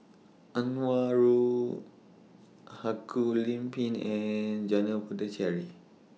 Anwarul Haque Lim Pin and Janil Puthucheary